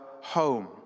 home